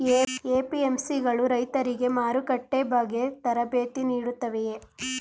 APMC ಗಳು ರೈತರಿಗೆ ಮಾರುಕಟ್ಟೆ ಬಗ್ಗೆ ತರಬೇತಿ ನೀಡುತ್ತವೆಯೇ?